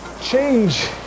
change